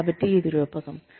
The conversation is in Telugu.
కాబట్టి ఇది రూపకం